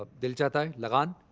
ah dil chahta hai, lagaan.